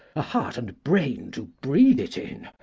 a heart and brain to breed it in?